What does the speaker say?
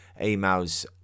emails